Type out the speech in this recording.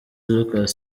lucas